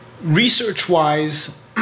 Research-wise